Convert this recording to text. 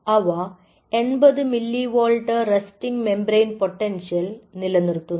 അവ 80 millivolt resting membrane potential നിലനിർത്തുന്നു